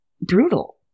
brutal